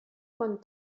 quan